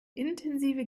intensive